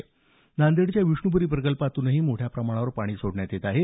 त्यामुळे नांदेडच्या विष्णूपूरी प्रकल्पातून मोठ्या प्रमाणावर पाणी सोडण्यात येत आहे